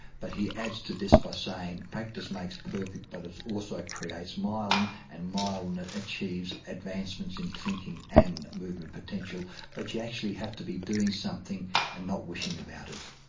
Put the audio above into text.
but he adds to this by saying practice makes perfect but it also creates myelin, and myelin achieves advancements in thinking and movement potential. but you actually have to be doing something and not wishing about it.